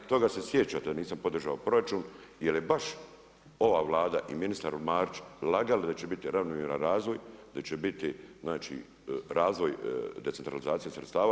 Toga se sjećate da nisam podržao proračun jer je baš ova Vlada i ministar Marić lagali da će biti ravnomjeran razvoj, da će biti znači razvoj decentralizacija sredstva.